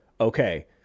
okay